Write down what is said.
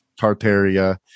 Tartaria